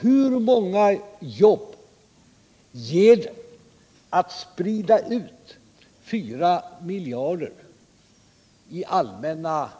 Hur många jobb ger det att sprida ut 4 miljarder kronor i allmänna